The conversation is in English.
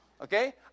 Okay